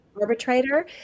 Arbitrator